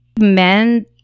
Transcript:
Men